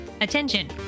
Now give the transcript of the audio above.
Attention